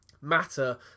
Matter